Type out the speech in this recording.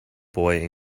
boy